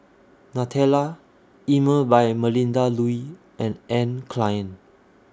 Nutella Emel By Melinda Looi and Anne Klein